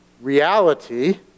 reality